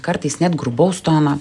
kartais net grubaus tono